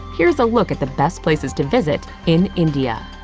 here's a look at the best places to visit in india